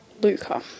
Luca